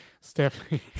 Stephanie